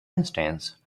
instance